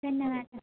धन्यवादः